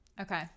Okay